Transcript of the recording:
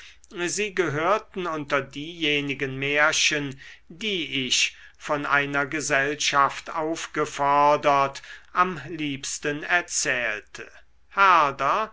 sie gehörten unter diejenigen märchen die ich von einer gesellschaft aufgefordert am liebsten erzählte herder